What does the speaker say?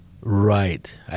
Right